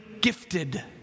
gifted